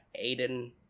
Aiden